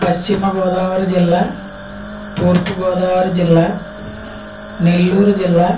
పశ్చిమ గోదావరి జిల్లా తూర్పు గోదావరి జిల్లా నెల్లూరు జిల్లా